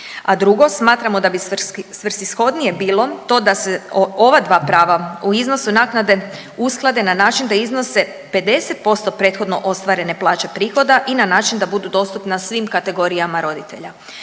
a drugo smatramo da bi svrsishodnije bilo to da se ova dva prava o iznosu naknade usklade na način da iznose 50% prethodno ostvarene plaće prihoda i na način da budu dostupna svim kategorijama roditelja.